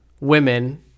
women –